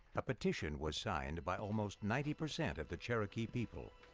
a petition was signed by almost ninety percent of the cherokee people.